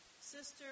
sister